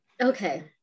Okay